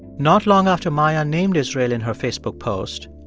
not long after maia named israel in her facebook post,